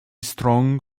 strong